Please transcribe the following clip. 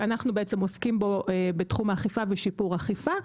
שאנחנו עוסקים בו בתחום האכיפה ושיפור האכיפה.